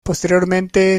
posteriormente